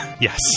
Yes